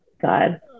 God